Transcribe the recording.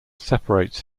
separates